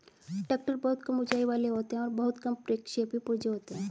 tractor बहुत कम ऊँचाई वाले होते हैं और बहुत कम प्रक्षेपी पुर्जे होते हैं